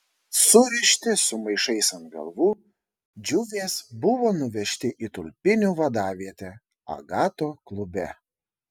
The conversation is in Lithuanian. surišti su maišais ant galvų džiuvės buvo nuvežti į tulpinių vadavietę agato klube